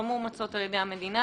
לא מאומצות על ידי המדינה.